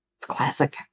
Classic